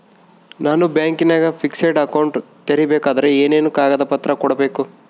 ನಾನು ಬ್ಯಾಂಕಿನಾಗ fixed account ತೆರಿಬೇಕಾದರೆ ಏನೇನು ಕಾಗದ ಪತ್ರ ಕೊಡ್ಬೇಕು?